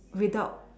without